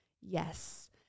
Yes